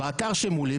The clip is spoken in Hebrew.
באתר שמולי,